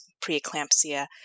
preeclampsia